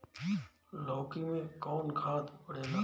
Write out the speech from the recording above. लौकी में कौन खाद पड़ेला?